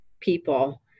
people